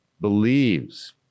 believes